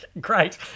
great